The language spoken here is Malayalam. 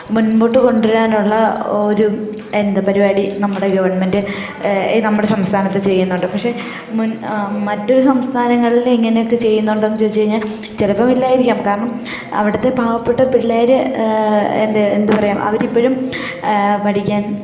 മുൻപോട്ട് കൊണ്ടുവരാനുള്ള ഒരു എന്താ പരിപാടി നമ്മുടെ ഗവൺമെൻറ്റ് നമ്മുടെ സംസ്ഥാനത്ത് ചെയ്യുന്നുണ്ട് പക്ഷെ മുൻ മറ്റൊരു സംസ്ഥാനങ്ങളില് ഇങ്ങനെയൊക്കെ ചെയ്യുന്നുണ്ടോ എന്ന് ചോദിച്ച് കഴിഞ്ഞാൽ ചിലപ്പം ഇല്ലായിരിക്കാം കാരണം അവിടുത്തെ പാവപ്പെട്ട പിള്ളേര് എന്ത് എന്താ പറയുക അവരിപ്പഴും പഠിക്കാൻ